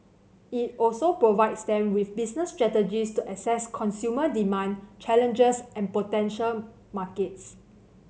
it also provides them with business strategies to assess consumer demand challenges and potential markets